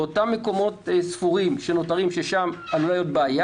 באותם מקומות ספורים שנותרים ששם מתעוררת בעיה,